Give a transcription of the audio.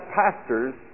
pastors